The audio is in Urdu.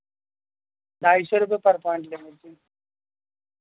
ڈھائی سو روپے پر پؤنڈ کا لیتے